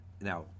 Now